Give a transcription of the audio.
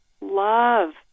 love